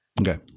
Okay